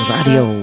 Radio